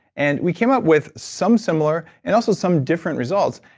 and we came up with some similar and also some different results.